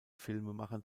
filmemachern